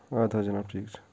ادِ حظ جناب ٹھیک چھُ